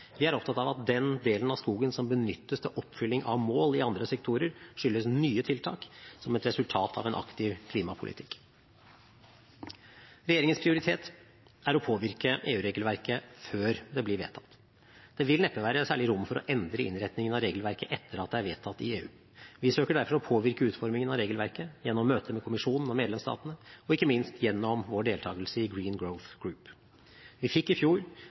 Vi er opptatt av at den delen av skogen som benyttes til oppfylling av mål i andre sektorer, skyldes nye tiltak, som et resultat av en aktiv klimapolitikk. Regjeringens prioritet er å påvirke EU-regelverket før det blir vedtatt. Det vil neppe være særlig rom for å endre innretningen av regelverket etter at det er vedtatt i EU. Vi søker derfor å påvirke utformingen av regelverket gjennom møter med Kommisjonen og medlemsstatene, og ikke minst gjennom vår deltakelse i Green Growth Group. Vi fikk i fjor